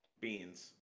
Beans